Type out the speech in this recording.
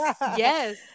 yes